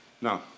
Now